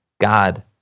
God